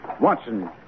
Watson